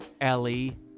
Ellie